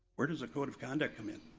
where does a code of conduct come in?